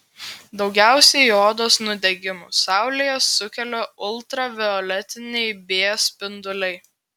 daugiausiai odos nudegimų saulėje sukelia ultravioletiniai b spinduliai